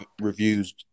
reviews